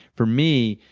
for me,